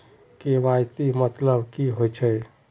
KYC मतलब की होचए?